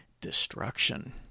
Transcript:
destruction